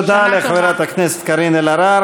תודה לחברת הכנסת קארין אלהרר.